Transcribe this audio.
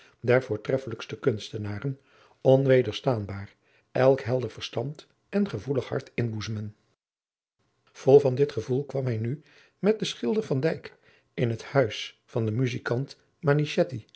der voortreffelijkste kunstenaren onwederstaanbaar elk helder verstand en gevoelig hart inboezemen vol van dit gevoel kwam hij nu met den schilder van dijk in het huis van den muzijkant